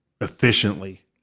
efficiently